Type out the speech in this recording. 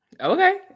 okay